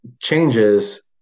changes